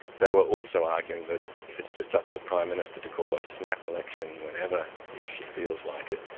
they were also arguing that if it's just up to the prime minister to call a snap election whenever he or she feels like it,